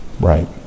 Right